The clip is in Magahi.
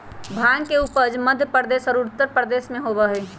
भांग के उपज मध्य प्रदेश और उत्तर प्रदेश में होबा हई